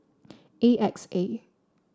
A X A